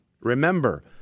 Remember